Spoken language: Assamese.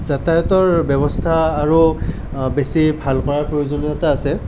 যাতায়াতৰ ব্যৱস্থা আৰু বেছি ভাল কৰাৰ প্ৰয়োজনীয়তা আছে